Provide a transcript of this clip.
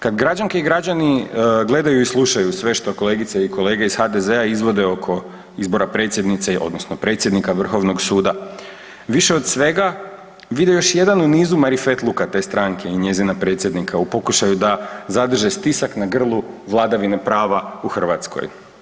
Kad građanke i građani gledaju i slušaju sve što kolegice i kolege iz HDZ-a izvode oko izbora predsjednice, odnosno predsjednika Vrhovnog suda, više od svega vide još jedan u nizu marifetluka te stranke i njezina predsjednika u pokušaju da zadrže stisak na grlu vladavine prava u Hrvatskoj.